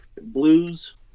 Blues